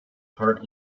part